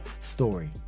story